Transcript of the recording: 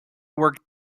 work